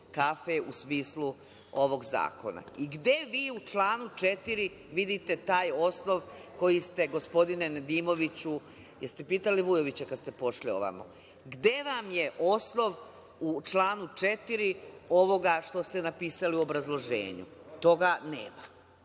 kafe u smislu ovog zakona. Gde vi u članu 4. vidite taj osnov koji ste, gospodine Nedimoviću, jeste li pitali Vujovića kada ste pošli ovamo, gde vam je osnov u članu 4. ovoga što ste napisali u obrazloženju? Toga